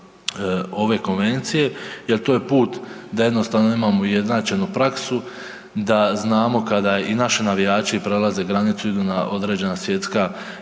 ove konvencije jer to je put da jednostavno imamo ujednačenu praksu, da znamo i kada naši navijači prelaze granicu, idu na određena svjetska